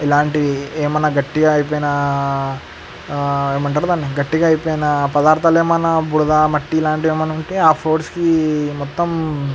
ఇలాంటివి ఏమన్నా గట్టిగా అయిపోయినా ఏమంటారు దాన్ని గట్టిగా అయిపోయిన పదార్థాలు ఏమన్నా బురదా మట్టి ఇలాంటివి ఏమన్నా ఉంటే ఆ ఫోర్స్కి మొత్తం